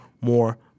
more